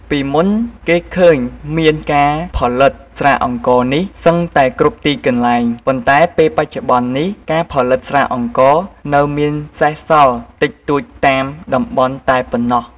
ពីមុនគេឃើញមានការផលិតស្រាអង្ករនេះសឹងតែគ្រប់ទីកន្លែង ប៉ុន្តែពេលបច្ចុប្បន្បនេះការផលិតស្រាអង្ករនៅមានសេសសល់តិចតួចតាមតំបន់តែប៉ុណ្ណោះ។